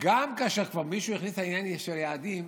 גם כאשר כבר מישהו הכניס את העניין של יעדים,